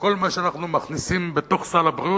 שכל מה שאנחנו מכניסים לתוך סל הבריאות